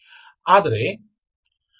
ಆದರೆ ಇವು ಸಂಕೀರ್ಣ ಮೌಲ್ಯದ ಕಾರ್ಯಗಳು